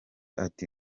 ati